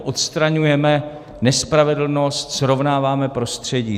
Odstraňujeme nespravedlnost, srovnáváme prostředí.